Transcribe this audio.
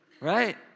Right